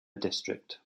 district